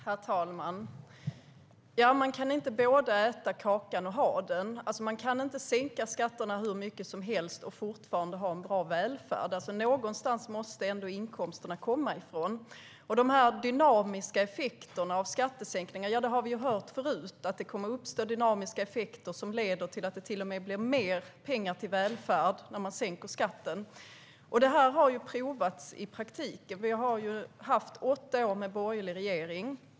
Herr talman! Man kan inte både äta kakan och ha den kvar. Man kan alltså inte sänka skatterna hur mycket som helst och fortfarande ha en bra välfärd. Någonstans ifrån måste inkomsterna ändå komma. Vi har ju hört förut att det kommer att uppstå dynamiska effekter av skattesänkningar som leder till att det till och med blir mer pengar till välfärd när man sänker skatten. Det här har prövats i praktiken. Vi har ju haft åtta år med borgerlig regering.